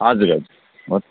हजुर हजुर हुन्